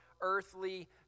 earthly